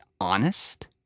honest